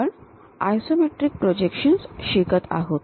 आपण isometric projections शिकत आहोत